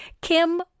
Kim